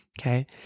Okay